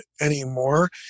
anymore